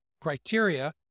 criteria